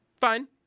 fine